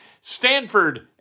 Stanford